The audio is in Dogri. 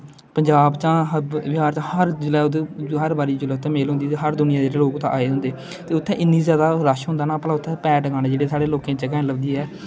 पंजाव च बिहार दा हर जिसले हर बारी जिसलै उत्थै मेल होंदी ऐ ते हर दुनिया दे जेहडे़ लोक उत्थै आए दे होंदे ते उत्थै इन्नी सारी जगह ऐ उत्थै रश होंदा ऐ भला उत्थे पैर टकाने दी जगह नेई लभदी ऐ